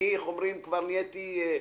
אני, איך אומרים, כבר נהייתי מומחה.